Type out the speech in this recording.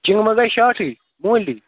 چِنٛگمہٕ گٔے شارٹھٕے موٗلی